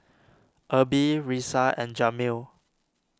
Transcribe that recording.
Erby Risa and Jameel